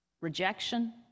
rejection